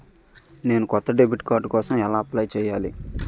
నేను కొత్త debit card కోసం ఎలా అప్లయ్ చేయాలి?